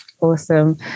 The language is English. awesome